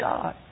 God